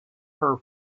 her